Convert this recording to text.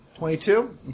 Twenty-two